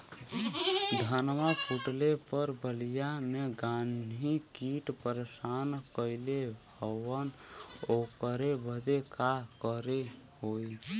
धनवा फूटले पर बलिया में गान्ही कीट परेशान कइले हवन ओकरे बदे का करे होई?